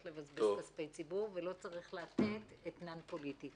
לבזבז כספי ציבור ולא צריך לתת אתנן פוליטי.